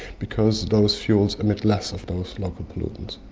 because those fuels emit less of those local pollutants.